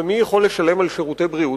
ומי יכול לשלם על שירותי בריאות?